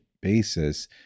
basis